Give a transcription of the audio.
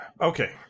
Okay